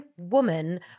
woman